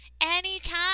anytime